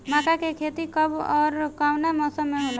मका के खेती कब ओर कवना मौसम में होला?